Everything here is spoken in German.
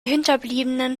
hinterbliebenen